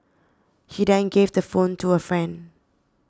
he then gave the phone to a friend